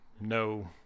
no